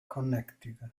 connecticut